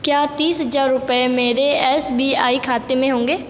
क्या तीस हज़ार रुपए मेरे एस बी आई खाते में होंगे